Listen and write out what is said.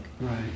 Right